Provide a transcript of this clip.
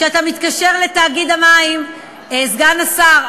כשאתה מתקשר לתאגיד המים סגן השר,